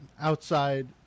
outside